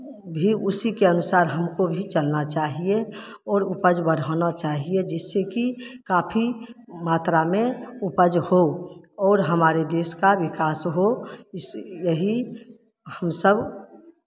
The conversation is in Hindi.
भी उसी के अनुसार हमको भी चलना चाहिए और उपज बढ़ाना चाहिए जिससे कि काफी मात्रा में उपज हो और हमारे देश का विकास हो इस यही हम सब